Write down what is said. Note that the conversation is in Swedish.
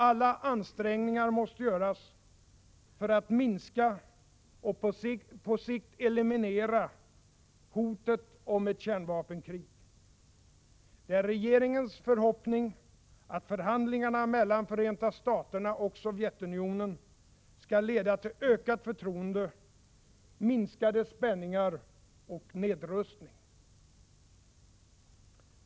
Alla ansträngningar måste göras för att minska och på sikt eliminera hotet om ett kärnvapenkrig. Det är regeringens förhoppning att förhandlingarna mellan Förenta Staterna och Sovjetunionen skall leda till ökat förtroende, minskade spänningar och nedrustning.